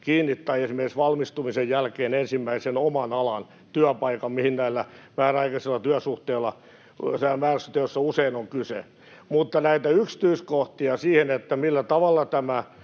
kiinni tai esimerkiksi valmistumisen jälkeen ensimmäiseen oman alan työpaikkaan, mistä näissä määräaikaisissa työsuhteissa usein on kyse. Mutta näitä yksityiskohtia siihen, millä tavalla tämä